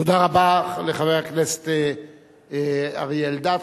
תודה רבה לחבר הכנסת אריה אלדד.